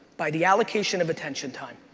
by the allocation of attention time.